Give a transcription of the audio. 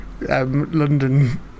London